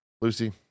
Lucy